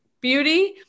beauty